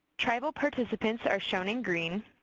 tribal participants are shown in green,